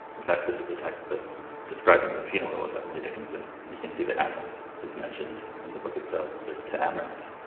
in fact this is a text that's describing the funeral of emily dickinson and you can see the amherst is mentioned in the book itself. it says to amherst,